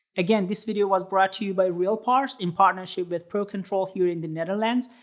again this video was brought to you by realpars in partnership with pro-control here in the netherlands.